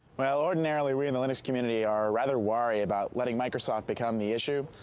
while ordinarily we in the linux community are rather worried about letting microsoft become the issue,